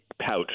pouch